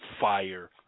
fire